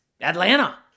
Atlanta